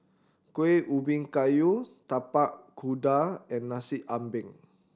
Kueh Ubi Kayu Tapak Kuda and Nasi Ambeng